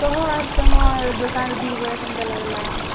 କହ ଆଉ ତୁମର ଦୋକାନ ବିରି ବରା କେମିତି ଲାଗିଲା